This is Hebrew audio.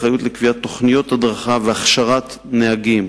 אחריות לקביעת תוכניות הדרכה והכשרת נהגים,